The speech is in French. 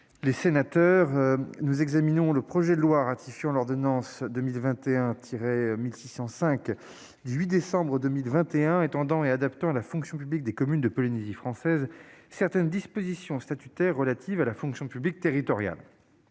les sénateurs, nous examinons aujourd'hui le projet de loi ratifiant l'ordonnance n° 2021-1605 du 8 décembre 2021 étendant et adaptant à la fonction publique des communes de Polynésie française certaines dispositions statutaires relatives à la fonction publique territoriale.